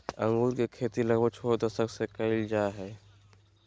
अंगूर के खेती लगभग छो दशक से कइल जा हइ